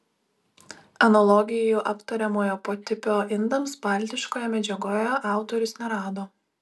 analogijų aptariamojo potipio indams baltiškoje medžiagoje autorius nerado